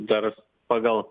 dar pagal